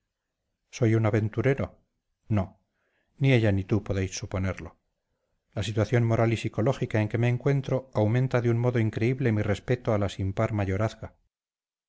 soy un aventurero no ni ella ni tú podéis suponerlo la situación moral y psicológica en que me encuentro aumenta de un modo increíble mi respeto a la sin par mayorazga